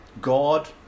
God